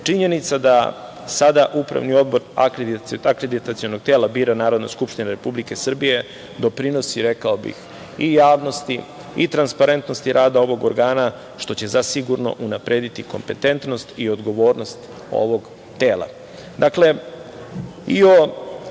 Činjenica da sada Upravni odbor akreditacionog tela bira Narodna skupština Republike Srbije doprinosi rekao bih i javnosti i transparentnosti rada ovog organa, što će zasigurno unaprediti kompetentnost i odgovornost ovog tela. Dakle, i u